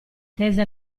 tese